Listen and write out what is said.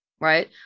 right